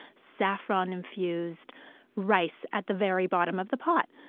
saffron-infused rice at the very bottom of the pot.